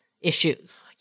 issues